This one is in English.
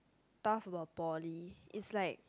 tough for poly is like